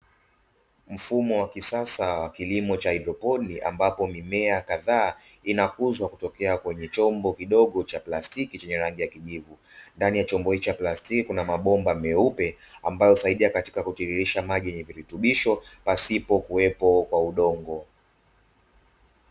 Mfumo wa kisasa wa kilimo cha hydroponiki, ambapo mimea kadhaa inakuzwa kutokea kwenye chombo kidogo cha plastiki. Chenye rangi ya kijivu ndani ya chombo hicho cha plastiki kuna mabomba meupe, ambayo husaidia katika kutiririsha maji yenye virutubisho pasipo kuwepo kwa udongo.